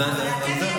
אבל אתם ידעתם,